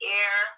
air